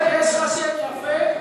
חבר הכנסת חזן, אתה,